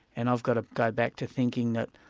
and i've got to go back to thinking that,